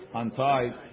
untied